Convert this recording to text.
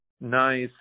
nice